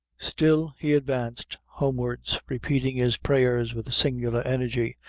still he advanced homewards, repeating his prayers with singular energy,